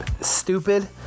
stupid